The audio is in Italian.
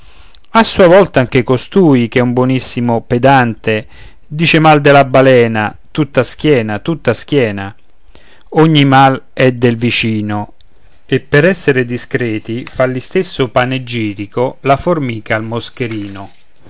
a sua volta anche costui ch'è un buonissimo pedante dice mal della balena tutta schiena tutta schiena ogni mal è del vicino e per essere discreti fa l'istesso panegirico la formica al moscherino